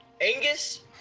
Angus